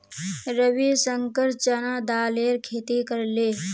रविशंकर चना दालेर खेती करले